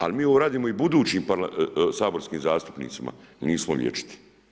Ali mi ovo radimo i budućim saborskim zastupnicima, nismo vječiti.